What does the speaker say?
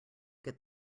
get